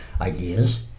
ideas